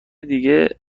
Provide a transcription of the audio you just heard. دیگه